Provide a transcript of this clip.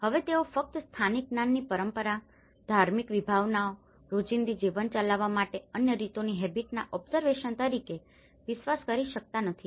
હવે તેઓ ફક્ત સ્થાનિક જ્ઞાનની પરંપરા ધાર્મિક વિભાવનાઓ રોજિંદા જીવન ચલાવવા માટે અન્ય રીતોની હેબીટ ના ઓબ્સર્વેશન તરીકે વિશ્વાસ કરી શકતા નથી